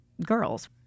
girls